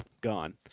gone